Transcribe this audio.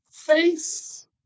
Face